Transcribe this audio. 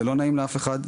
זה לא נעים לאף אחד,